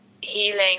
healing